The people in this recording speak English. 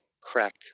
crack